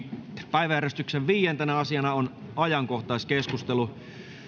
päiväjärjestyksen viidentenä asiana on ajankohtaiskeskustelu